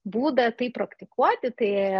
būdą tai praktikuoti tai